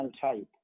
type